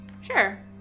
Sure